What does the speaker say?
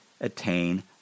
attain